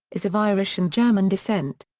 is of irish and german descent.